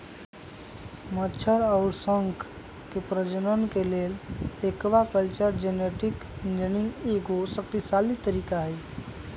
मछर अउर शंख के प्रजनन के लेल एक्वाकल्चर जेनेटिक इंजीनियरिंग एगो शक्तिशाली तरीका हई